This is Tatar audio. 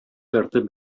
тартып